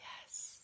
yes